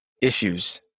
issues